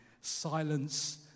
Silence